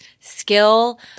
skill